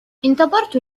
انتظرت